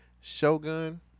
Shogun